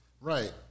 Right